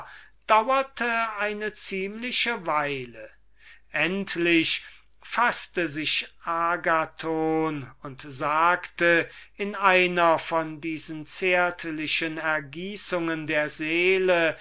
dauerte eine ziemliche weile endlich faßte sich agathon und sagte in einer von diesen zärtlichen ergießungen der seele